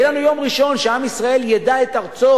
יהיה לנו יום ראשון כדי שעם ישראל ידע את ארצו,